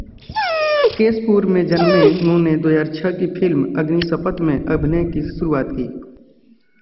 केशपुर में जन्में उन्होंने दो हज़ार छः की फिल्म अग्नि शपथ से अभिनय की शुरुआत की